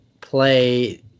play